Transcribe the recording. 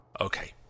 Okay